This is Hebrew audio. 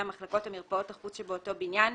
המחלקות או מרפאות החוץ שבאותו בניין,